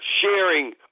sharing